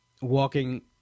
walking